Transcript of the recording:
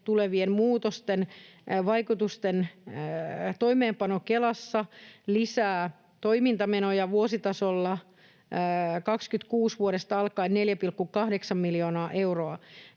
tulevien muutosten vaikutusten toimeenpano Kelassa lisää toimintamenoja vuositasolla vuodesta 26 alkaen 4,8 miljoonaa euroa,